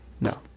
No